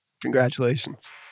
congratulations